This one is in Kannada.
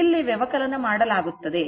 ಇಲ್ಲಿ ವ್ಯವಕಲನ ಮಾಡಲಾಗುತ್ತದೆ